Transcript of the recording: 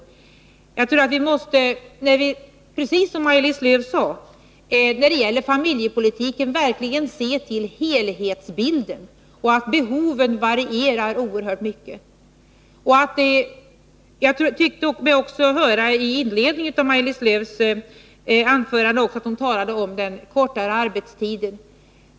Jag tror att vi — precis som Maj-Lis Lööw sade — när det gäller familjepolitiken verkligen måste se till helhetsbilden. Behoven varierar oerhört mycket. Jag tyckte mig också höra i inledningen till Maj-Lis Lööws anförande att hon talade om den kortare arbetstiden.